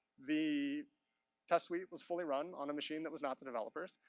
the test sweep was fully run on a machine that was not the developer's.